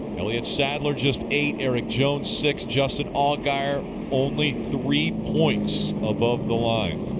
elliott sadler just eight. erik jones, six. justin allgaier only three points above the line.